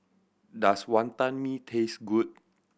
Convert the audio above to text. does Wantan Mee taste good